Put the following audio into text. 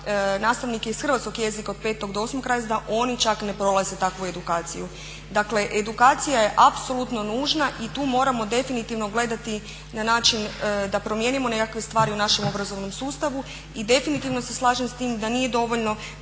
nastavnike iz hrvatskog jezika od petog do osmog razreda oni čak ne prolaze takvu edukaciju. Dakle edukacija je apsolutno nužna i tu moramo definitivno gledati na način da promijenimo nekakve stvari u našem obrazovanom sustavu i definitivno se slažem s tim da nije dovoljno